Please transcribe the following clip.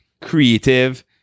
creative